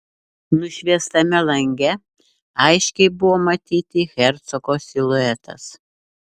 nušviestame lange aiškiai buvo matyti hercogo siluetas